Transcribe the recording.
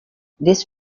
this